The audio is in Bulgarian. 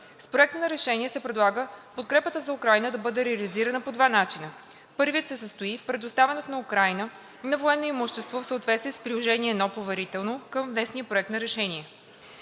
С Проекта на решение се предлага подкрепата за Украйна да бъде реализирана по два начина. Първият се състои в предоставяне на Украйна на военно имущество в съответствие с Приложение №1 (поверително) към внесения проект на решение.